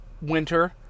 winter